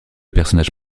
personnage